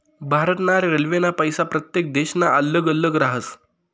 भारत ना रेल्वेना पैसा प्रत्येक देशना अल्लग अल्लग राहस